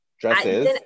Dresses